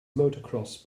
motocross